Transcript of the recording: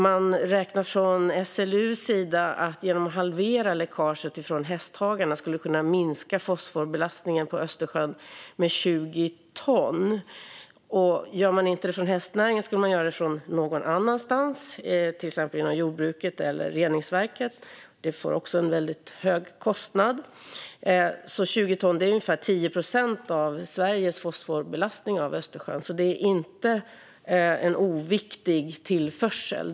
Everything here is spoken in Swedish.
Man räknar från SLU:s sida att man genom att halvera läckaget från hästhagarna skulle kunna minska fosforbelastningen på Östersjön med 20 ton. Gör man det inte från hästnäringen skulle man göra det från någon annanstans, till exempel genom jordbruket eller genom reningsverken. Det får också en väldigt hög kostnad. 20 ton är ungefär 10 procent av Sveriges fosforbelastning på Östersjön. Det är inte en oviktig tillförsel.